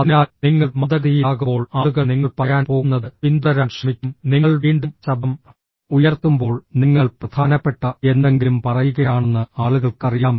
അതിനാൽ നിങ്ങൾ മന്ദഗതിയിലാകുമ്പോൾ ആളുകൾ നിങ്ങൾ പറയാൻ പോകുന്നത് പിന്തുടരാൻ ശ്രമിക്കും നിങ്ങൾ വീണ്ടും ശബ്ദം ഉയർത്തുമ്പോൾ നിങ്ങൾ പ്രധാനപ്പെട്ട എന്തെങ്കിലും പറയുകയാണെന്ന് ആളുകൾക്ക് അറിയാം